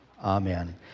amen